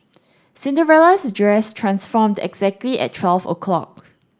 Cinderella's dress transformed exactly at twelve o'clock